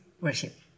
worship